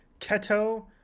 keto